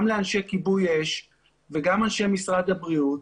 גם לאנשי כיבוי אש וגם לאנשי משרד הבריאות,